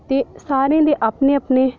ते सारें दे अपने अपने